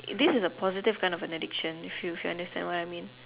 this is a positive kind of an addiction if you you understand what I mean